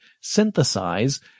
synthesize